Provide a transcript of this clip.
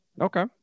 Okay